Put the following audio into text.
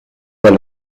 per